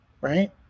right